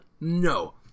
No